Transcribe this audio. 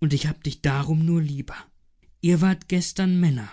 und ich hab dich darum nur lieber ihr wart gestern männer